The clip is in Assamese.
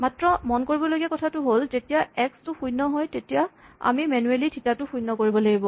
মাত্ৰ মন কৰিবলগীয়া কথা হ'ল যেতিয়া এক্স টো শূণ্য হয় তেতিয়া আমি মেনুৱেলী থিতা টো শূণ্য কৰিব লাগিব